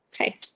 Okay